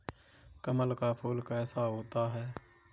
कमल का फूल कैसा होता है?